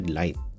light